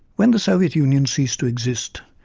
when the soviet union ceased to exist,